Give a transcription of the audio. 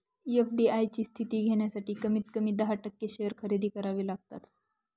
FDI ची स्थिती घेण्यासाठी कमीत कमी दहा टक्के शेअर खरेदी करावे लागतात